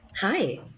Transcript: Hi